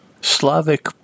Slavic